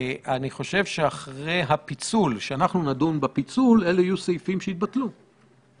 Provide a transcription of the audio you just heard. אנחנו נותנים את מקסימום הגמישות לממשלה,